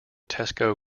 tesco